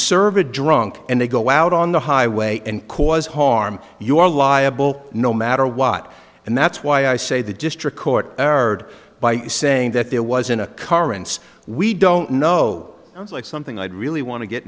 serve a drunk and they go out on the highway and cause harm you are liable no matter what and that's why i say the district court by saying that there was in a car and we don't know like something i'd really want to get